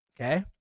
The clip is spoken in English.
Okay